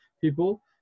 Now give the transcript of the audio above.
people